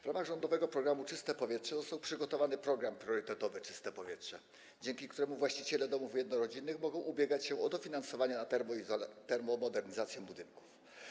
W ramach rządowego programu „Czyste powietrze” został przygotowany program priorytetowy „Czyste powietrze”, dzięki któremu właściciele domów jednorodzinnych mogą ubiegać się o dofinansowanie na termomodernizację budynków.